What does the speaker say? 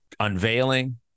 unveiling